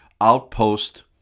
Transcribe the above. Outpost